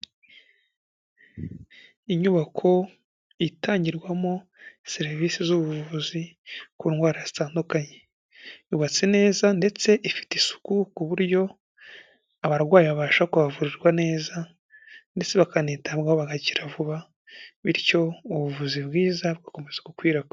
Inyubako itangirwamo serivisi z'ubuvuzi ku ndwara zitandukanye yubatse neza ndetse ifite isuku ku buryo abarwayi babasha kubavurwa neza ndetse bakanitabwaho bagakira vuba bityo ubuvuzi bwiza bukomeza gukwirakwira.